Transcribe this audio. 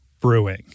brewing